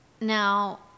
Now